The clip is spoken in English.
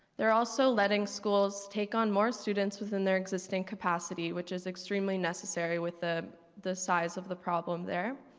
they're also lettings schools take on more students within their existing capacity which is extremely necessarily with the the size of the problem there.